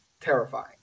terrifying